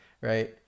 right